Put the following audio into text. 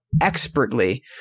expertly